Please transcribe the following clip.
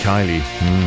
Kylie